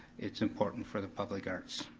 it's important for the public arts.